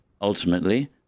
ultimately